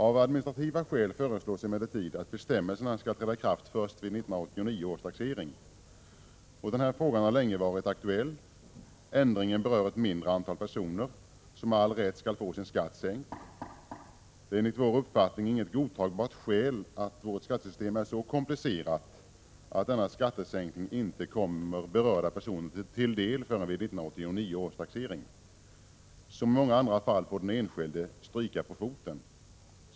Av administrativa skäl föreslås emellertid att bestämmelsena skall träda i kraft först vid 1989 års taxering. Den här frågan har länge varit aktuell. Ändringen berör ett mindre antal personer som med all rätt skall få sin skatt sänkt. Det är enligt vår uppfattning inget godtagbart skäl att vårt skattesystem är så komplicerat att denna skattesänkning inte kommer berörda personer till del förrän vid 1989 års taxering. Som i många andra fall får den enskilda stryka på foten.